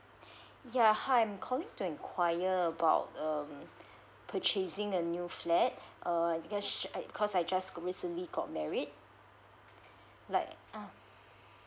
ya hi I'm calling to inquire about um purchasing a new flat uh because sh~ because I just recently got married like um